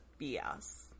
BS